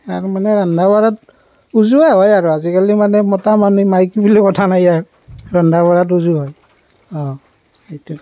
আৰু মানে ৰন্ধা বঢ়াত উজুৱে হয় আৰু আজিকালি মানে মতা মানুহ মাইকী বুলি কথা নাই আৰু ৰন্ধা বঢ়াটো উজু হয় সেইটোৱে